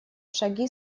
шаги